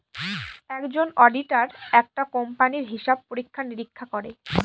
একজন অডিটার একটা কোম্পানির হিসাব পরীক্ষা নিরীক্ষা করে